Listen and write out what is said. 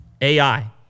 AI